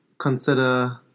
consider